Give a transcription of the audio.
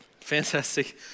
Fantastic